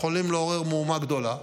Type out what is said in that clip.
יכולים לעורר מהומה גדולה,